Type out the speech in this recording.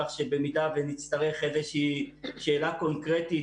כך שבמידה ותהיה איזושהו שאלה קונקרטית,